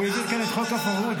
הוא העביר כאן את חוק הפרהוד.